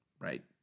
right